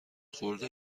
خورده